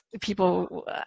people